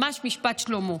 ממש משפט שלמה.